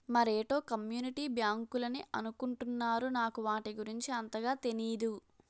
మరేటో కమ్యూనిటీ బ్యాంకులని అనుకుంటున్నారు నాకు వాటి గురించి అంతగా తెనీదు